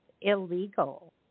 illegal